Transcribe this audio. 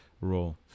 role